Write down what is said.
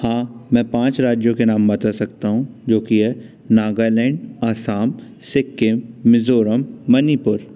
हाँ मैं पाँच राज्यों के नाम बता सकता हूँ जो कि है नागालैंड असम सिक्किम मिज़ोरम मणिपुर